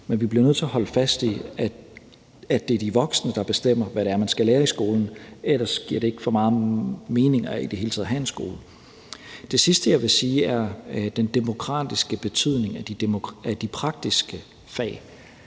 Men vi bliver nødt til at holde fast i, at det er de voksne, der bestemmer, hvad det er, man skal lære i skolen. Ellers giver det ikke meget mening i det hele taget at have en skole. Det sidste, jeg vil sige, handler om den demokratiske betydning af de praktiske fag.